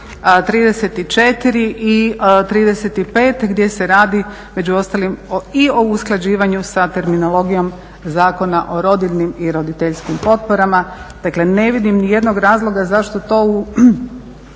34. i 35. gdje se radi međuostalim i o usklađivanju sa terminologijom Zakona o rodiljnim i roditeljskim potporama. Dakle, ne vidim niti jednog razloga zašto to u